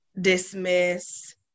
dismiss